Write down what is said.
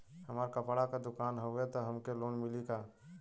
हमार कपड़ा क दुकान हउवे त हमके लोन मिली का?